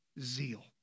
zeal